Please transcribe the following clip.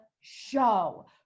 show